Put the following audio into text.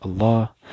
Allah